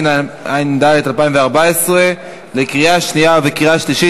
התשע"ד 2014, לקריאה שנייה וקריאה שלישית.